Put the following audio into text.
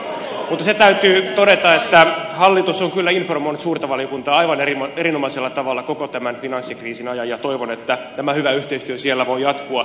mutta se täytyy todeta että hallitus on kyllä informoinut suurta valiokuntaa aivan erinomaisella tavalla koko tämän finanssikriisin ajan ja toivon että tämä hyvä yhteistyö siellä voi jatkua